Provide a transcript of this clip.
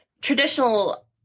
traditional